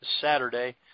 Saturday